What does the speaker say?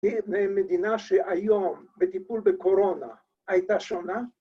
‫מדינה שהיום בטיפול בקורונה ‫הייתה שונה